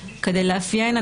כדי לאפיין.